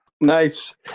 Nice